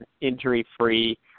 injury-free